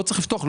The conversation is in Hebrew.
לא צריך לפתוח.